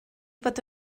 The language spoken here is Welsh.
fod